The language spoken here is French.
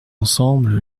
ensemble